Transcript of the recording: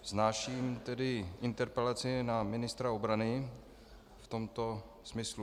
Vznáším interpelaci na ministra obrany v tomto smyslu.